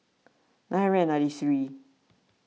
nine hundred and ninety three